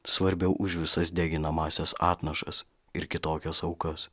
svarbiau už visas deginamąsias atnašas ir kitokias aukas